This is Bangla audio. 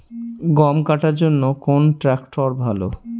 গম কাটার জন্যে কোন ট্র্যাক্টর ভালো?